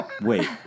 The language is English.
Wait